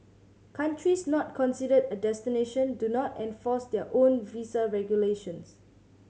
countries not considered a destination do not enforce their own visa regulations